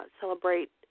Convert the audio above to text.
Celebrate